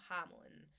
Hamlin